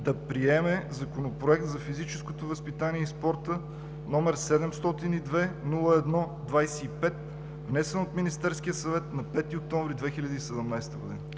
да приеме Законопроект за физическото възпитание и спорта, № 702-01-25, внесен от Министерския съвет на 5 октомври 2017 г.“